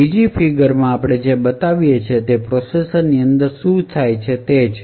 બીજી ફિગરમાં આપણે જે બતાવીએ છીએ તે પ્રોસેસર ની અંદર શું થાય છે તે છે